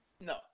No